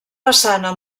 façana